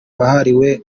wahariwe